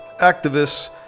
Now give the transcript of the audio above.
activists